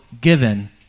given